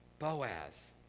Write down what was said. Boaz